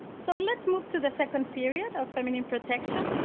so let's move to the second period of feminine protection.